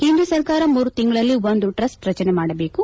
ಕೇಂದ್ರ ಸರ್ಕಾರ ಮೂರು ತಿಂಗಳಲ್ಲಿ ಒಂದು ಟ್ರಸ್ಟ್ ರಚನೆ ಮಾಡಬೇಕು